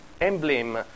emblem